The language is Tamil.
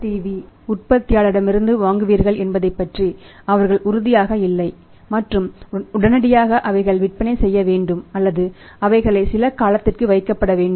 V உற்பத்தியாளர் இடமிருந்து வாங்குவீர்கள் என்பதைப்பற்றி அவர்கள் உறுதியாக இல்லை மற்றும் உடனடியாக அவைகள் விற்பனை செய்ய வேண்டும் அல்லது அவைகளை சில காலத்திற்கு வைக்கப்பட வேண்டும்